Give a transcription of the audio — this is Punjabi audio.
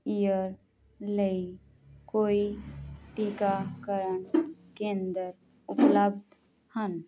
ਈਅਰ ਲਈ ਕੋਈ ਟੀਕਾਕਰਨ ਕੇਂਦਰ ਉਪਲੱਬਧ ਹਨ